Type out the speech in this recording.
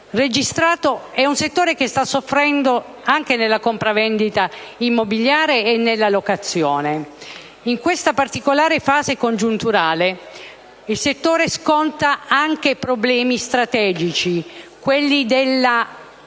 in quel settore, che sta soffrendo anche nella compravendita immobiliare e nella locazione. In questa particolare fase congiunturale il settore sconta anche ritardi strategici nella